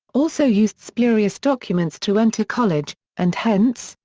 also used spurious documents to enter college, and hence,